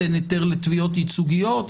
אין היתר לתביעות ייצוגיות.